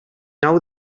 nou